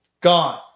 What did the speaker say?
gone